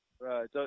Right